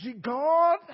God